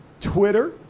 Twitter